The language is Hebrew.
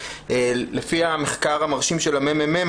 לפי המחקר המרשים של הממ"מ,